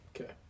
Okay